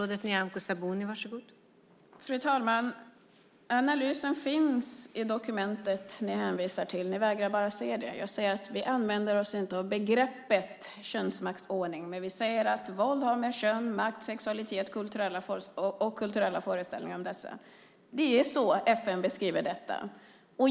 Fru talman! Analysen finns i det dokument ni hänvisar till. Ni vägrar bara att se det. Jag säger att vi inte använder begreppet könsmaktsordning, men vi säger att våld har med kön, makt, sexualitet och kulturella föreställningar om dessa att göra. Det är så FN beskriver detta.